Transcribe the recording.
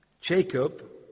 Jacob